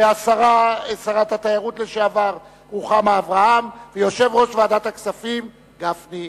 שרת התיירות לשעבר רוחמה אברהם ויושב-ראש ועדת הכספים גפני.